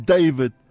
David